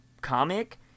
comic